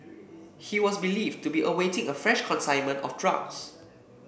he was believed to be awaiting a fresh consignment of drugs